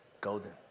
golden